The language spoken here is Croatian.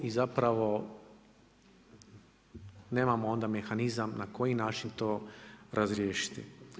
I zapravo nemamo onda mehanizam na koji način to riješiti.